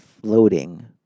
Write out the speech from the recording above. floating